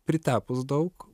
pritapus daug